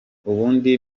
ubundi